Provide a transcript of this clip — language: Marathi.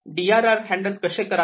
डी आर आर हँडल कसे करावे